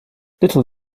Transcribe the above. little